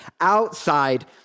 outside